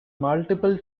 multiple